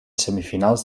semifinals